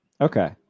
Okay